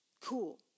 Cool